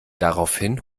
daraufhin